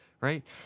right